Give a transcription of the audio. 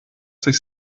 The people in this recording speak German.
sich